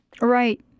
Right